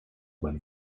when